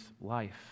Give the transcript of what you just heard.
life